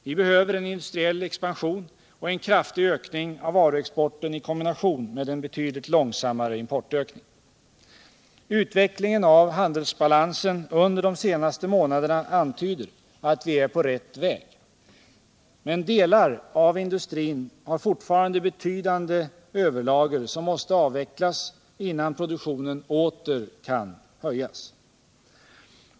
Vi behöver en industriell expansion och en kraftig ökning av varuexporten i kombination med en betydligt långsammare importökning. Utvecklingen av handelsbalansen under de senaste månaderna antyder att vi är på rätt väg. Men delar av industrin har fortfarande betydande överlager som måste avvecklas innan produktionen åter kan höjas.